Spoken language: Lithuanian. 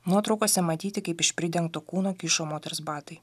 nuotraukose matyti kaip iš pridengto kūno kyšo moters batai